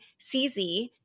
CZ